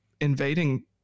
invading